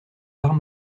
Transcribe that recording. l’art